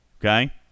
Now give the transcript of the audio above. okay